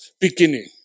beginning